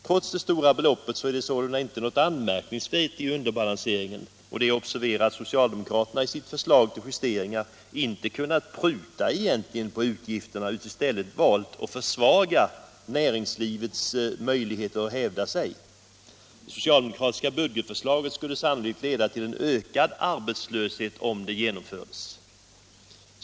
Trots det stora beloppet är det sålunda inte något anmärkningsvärt i underbalanseringen, och det är att observera att socialdemokraterna i sitt förslag till justeringar inte egentligen kunnat pruta på utgifterna utan i stället valt att försvaga näringslivets möjligheter att hävda sig. Det socialdemokratiska budgetförslaget skulle sannolikt leda till ökad arbetslöshet, om det genomfördes.